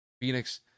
Phoenix